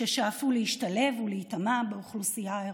ששאפו להשתלב ולהיטמע באוכלוסייה האירופית.